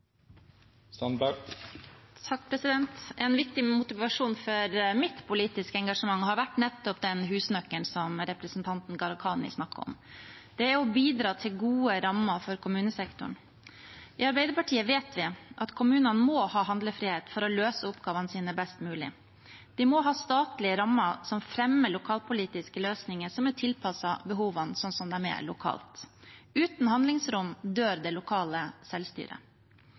En viktig motivasjon for mitt politiske engasjement har vært nettopp den husnøkkelen som representanten Gharahkhani snakket om. Det er å bidra til gode rammer for kommunesektoren. I Arbeiderpartiet vet vi at kommunene må ha handlefrihet for å løse oppgavene sine best mulig. De må ha statlige rammer som fremmer lokalpolitiske løsninger som er tilpasset behovene lokalt. Uten handlingsrom dør det lokale selvstyret.